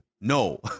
No